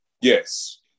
Yes